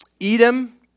Edom